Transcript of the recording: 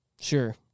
Sure